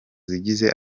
zigize